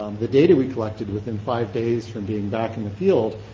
um the data we collected within five days from being back in the field,